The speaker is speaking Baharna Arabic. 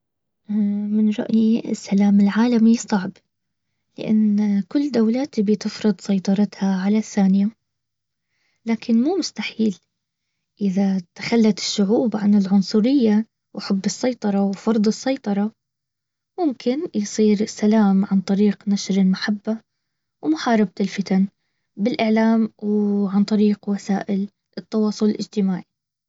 من رأيي السلام العالمي الصعب. لان كل دولة تبي تفرض سيطرتها على الثانية. لكن مو مستحيل اذا تخلت الشعوب عن العنصرية وحب السيطرة وفرض السيطرة. ممكن يصير السلام عن طريق نشر